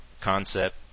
concept